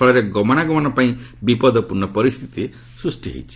ଫଳରେ ଗମନାଗମନ ପାଇଁ ବିପଦପୂର୍ଣ୍ଣ ପରିସ୍ଥିତି ସୃଷ୍ଟି ହୋଇଛି